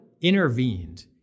intervened